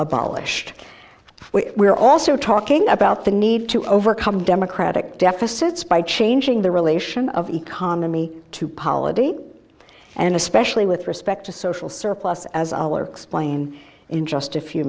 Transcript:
abolished we are also talking about the need to overcome democratic deficits by changing the relation of economy to polity and especially with respect to social surplus as explain in just a few